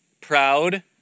proud